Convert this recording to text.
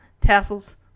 tassels